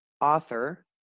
author